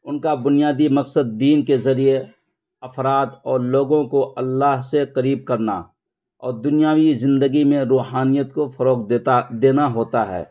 ان کا بنیادی مقصد دین کے ذریعے افراد اور لوگوں کو اللہ سے قریب کرنا اور دنیاوی زندگی میں روحانیت کو فروغ دیتا دینا ہوتا ہے